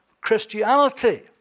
Christianity